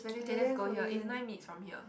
okay let's go here it's nine minutes from here